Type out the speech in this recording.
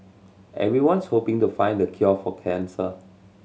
everyone's hoping to find the cure for cancer